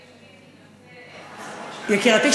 יקירתי,